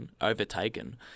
overtaken